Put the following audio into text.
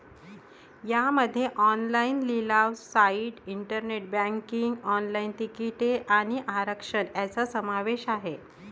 यामध्ये ऑनलाइन लिलाव site, internet banking, online तिकिटे आणि आरक्षण यांचा समावेश आहे